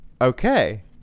Okay